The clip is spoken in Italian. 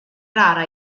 rara